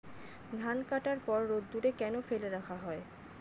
ধান কাটার পর রোদ্দুরে কেন ফেলে রাখা হয়?